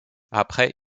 après